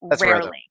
Rarely